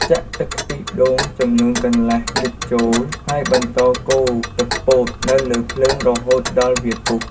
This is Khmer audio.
ចាក់ទឹកខ្ទិះដូងចំនួនកន្លះលីត្រចូល ហើយបន្តកូរទឹកពោតនៅលើភ្លើងរហូតដល់វាពុះ។